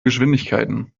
geschwindigkeiten